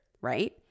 right